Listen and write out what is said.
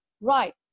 Right